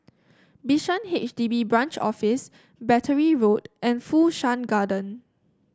Bishan H D B Branch Office Battery Road and Fu Shan Garden